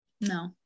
No